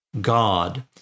God